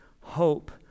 hope